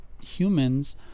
humans